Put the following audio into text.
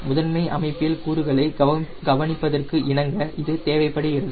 முதன்மை அமைப்பியல் கூறுகளை கவனிப்பதற்கு இணங்க இது தேவைப்படுகிறது